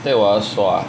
对我来说啊